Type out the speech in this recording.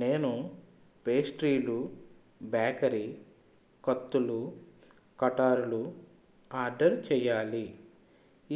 నేను పేస్ట్రీలు బేకరీ కత్తులూ కటారులూ ఆర్డర్ చెయ్యాలి